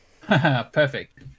Perfect